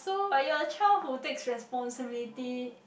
but your child who take responsibility